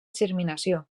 germinació